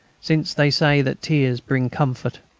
since they say that tears bring comfort.